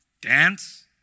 Dance